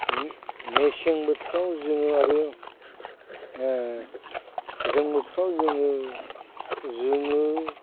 मेसें बोथोराव जोङो आरो गोजां बोथोराव जोङो जोङो